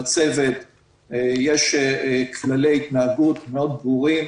לצוות יש כללי התנהגות מאוד ברורים.